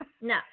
No